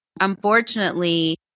unfortunately